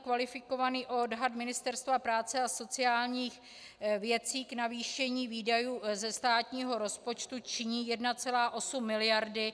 Kvalifikovaný odhad Ministerstva práce a sociálních věcí k navýšení výdajů ze státního rozpočtu činí 1,8 mld.